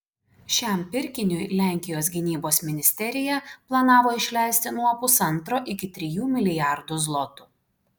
šiam pirkiniui lenkijos gynybos ministerija planavo išleisti nuo pusantro iki trijų milijardų zlotų